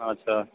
अच्छा